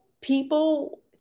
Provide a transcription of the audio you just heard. people